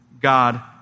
God